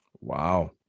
Wow